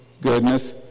goodness